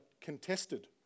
contested